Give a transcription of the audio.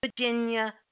Virginia